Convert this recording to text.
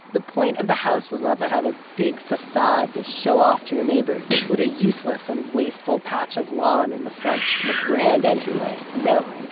the point of the house was not to have a big facade to show off to your neighbors, with a useless and wasteful patch of lawn in the front and a grand entryway. no,